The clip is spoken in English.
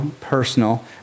personal